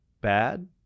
bad